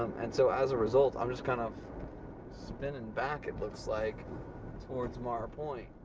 and so as a result i'm just kind of spinning back it looks like towards mather point